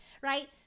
Right